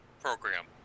program